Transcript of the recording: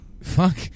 fuck